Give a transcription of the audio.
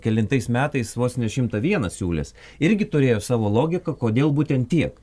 kelintais metais vos ne šimtą vieną siūlęs irgi turėjo savo logiką kodėl būtent tiek